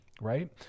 right